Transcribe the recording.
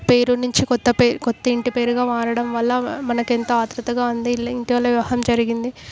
పేరు నుంచి కొత్త పేర్ కొత్త ఇంటి పేరుగా మారడం వల్ల మనకెంత ఆత్రుతగా ఉంది ఇటీవల వివాహం జరిగింది